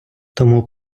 тому